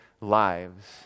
lives